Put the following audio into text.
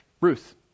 Ruth